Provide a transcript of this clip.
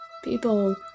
People